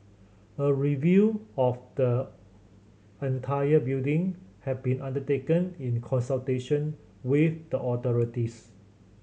a review of the entire building has been undertaken in consultation with the authorities